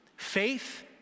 Faith